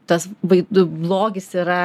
tas vai du blogis yra